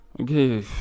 okay